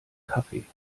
kaffee